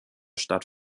stadt